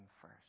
first